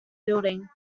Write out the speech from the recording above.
building